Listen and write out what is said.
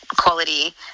quality